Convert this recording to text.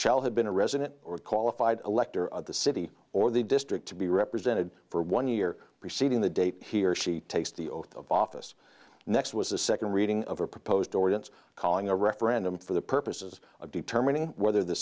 shall have been a resident or qualified elector of the city or the district to be represented for one year preceding the date he or she takes the oath of office next was a second reading of a proposed ordinance calling a referendum for the purposes of determining whether the